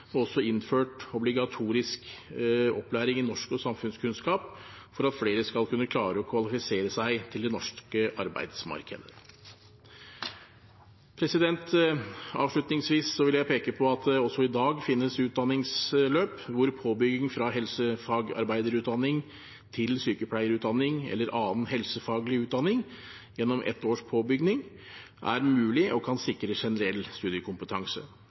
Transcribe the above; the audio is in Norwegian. og også innført obligatorisk opplæring i norsk og samfunnskunnskap, for at flere skal kunne klare å kvalifisere seg til det norske arbeidsmarkedet. Avslutningsvis vil jeg peke på at det også i dag finnes utdanningsløp hvor påbygging fra helsefagarbeiderutdanning til sykepleierutdanning eller annen helsefaglig utdanning, gjennom ett års påbygging, er mulig og kan sikre generell studiekompetanse.